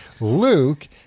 Luke